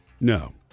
No